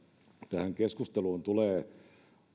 tähän keskusteluun tulee